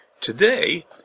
Today